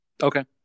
okay